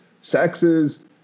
sexes